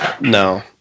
No